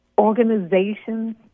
Organizations